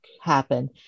happen